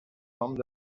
nom